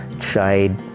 shade